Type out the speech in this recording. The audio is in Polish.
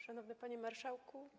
Szanowny Panie Marszałku!